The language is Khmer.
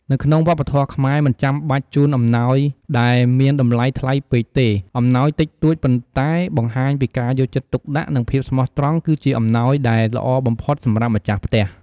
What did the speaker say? នៅក្នុងវប្បធម៏ខ្មែរមិនចំបាច់ជូនអំណោយដែលមានតម្លៃថ្លៃពេកទេ អំណោយតិចតួចប៉ុន្តែបង្ហាញពីការយកចិត្តទុកដាក់ និងភាពស្មោះត្រង់គឺជាអំណោយដែលល្អបំផុតសម្រាប់ម្ចាស់ផ្ទះ។